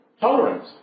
tolerance